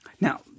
Now